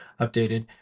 updated